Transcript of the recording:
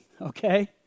okay